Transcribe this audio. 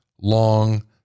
long